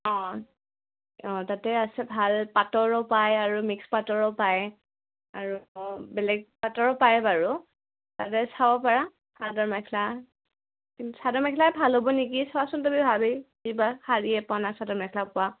অঁ অঁ তাতে আছে ভাল পাটৰো পায় আৰু মিক্স পাটৰো পায় আৰু বেলেগ পাটৰো পায় বাৰু তাতে চাব পাৰা চাদৰ মেখেলা চাদৰ মেখেলাই ভাল হ'ব নেকি চোৱাচোন তুমি ভাবি কিবা শাৰী পোৱানে চাদৰ মেখেলা পোৱা